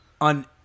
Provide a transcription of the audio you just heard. on